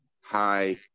high